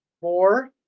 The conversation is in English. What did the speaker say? four